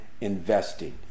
investing